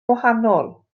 gwahanol